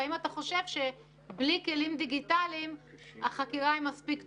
והאם אתה חושב שבלי כלים דיגיטליים החקירה היא מספיק טובה?